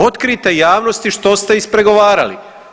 Otkrijte javnosti što ste ispregovarali.